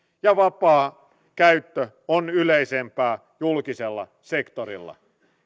ja vapaa käyttö on yleisempää julkisella sektorilla